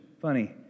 funny